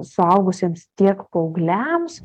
suaugusiems tiek paaugliams